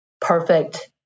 perfect